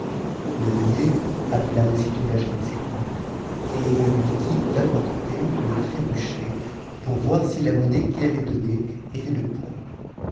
le meunier appela aussitôt la jeune esclave et lui dit d'apporter le trébuchet pour voir si la monnaie qu'il allait donner était de poids